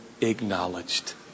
acknowledged